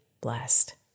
blessed